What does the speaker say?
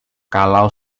kalau